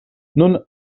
nun